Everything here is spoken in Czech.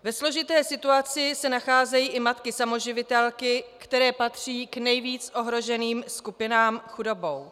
Ve složité situaci se nacházejí i matky samoživitelky, které patří k nejvíc ohroženým skupinám chudobou.